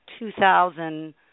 2000